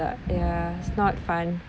oh